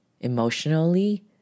emotionally